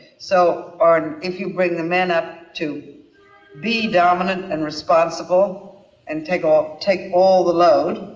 so or if you bring the men up to be dominant and responsible and take all take all the load,